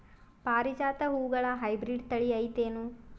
ಪಾರಿಜಾತ ಹೂವುಗಳ ಹೈಬ್ರಿಡ್ ಥಳಿ ಐತೇನು?